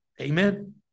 Amen